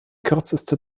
kürzeste